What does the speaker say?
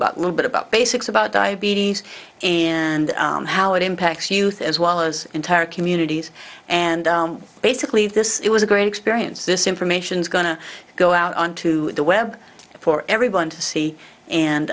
about little bit about basics about diabetes and how it impacts youth as well as entire communities and basically this it was a great experience this information is going to go out onto the web for everyone to see